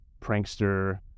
prankster